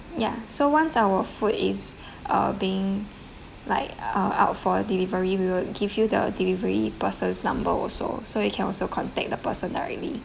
yeah so once our food is uh being like out out for a delivery we will give you the delivery person's number also so you can also contact the person directly